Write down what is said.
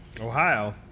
Ohio